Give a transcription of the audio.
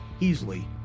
Heasley